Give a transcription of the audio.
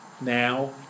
now